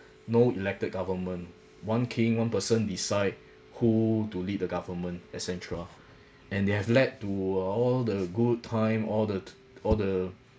no elected government one king one person decide who to lead the government et cetera and they have led to uh all the good time all the all the